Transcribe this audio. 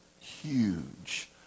huge